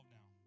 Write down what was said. now